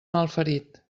malferit